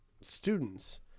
students